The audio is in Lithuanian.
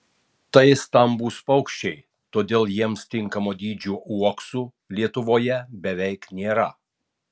tai stambūs paukščiai todėl jiems tinkamo dydžio uoksų lietuvoje beveik nėra